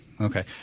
Okay